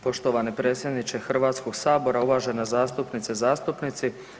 Poštovani predsjedniče Hrvatskog sabora, uvažena zastupnice, zastupnici.